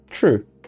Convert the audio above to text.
True